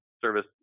service